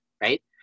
Right